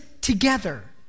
together